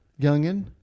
Youngin